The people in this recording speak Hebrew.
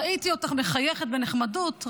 ראיתי אותך מחייכת בנחמדות,